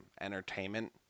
entertainment